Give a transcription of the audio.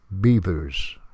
Beavers